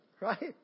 Right